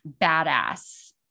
badass